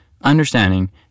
understanding